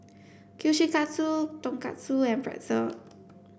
Kushikatsu Tonkatsu and Pretzel